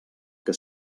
que